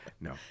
no